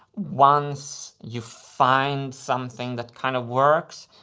once you find something that kind of works,